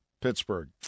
Pittsburgh